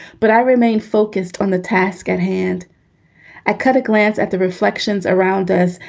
but i remained focused on the task at hand i cut a glance at the reflections around us,